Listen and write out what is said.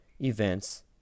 events